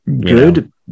Good